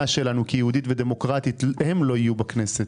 שלנו כיהודית ודמוקרטית לא יהיו בכנסת.